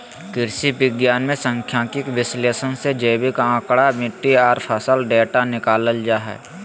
कृषि विज्ञान मे सांख्यिकीय विश्लेषण से जैविक आंकड़ा, मिट्टी आर फसल डेटा निकालल जा हय